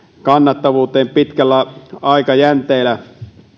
kannattavuuteen pitkällä aikajänteellä